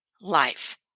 life